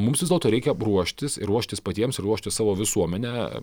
mums vis dėlto reikia ruoštis ir ruoštis patiems ir ruošti savo visuomenę